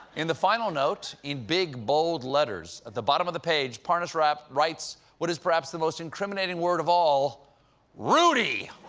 in the final note, in big, bold letters at the bottom of the page, parnas writes writes what is perhaps the most incriminating word of all rudy.